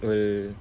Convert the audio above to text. will